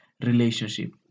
relationship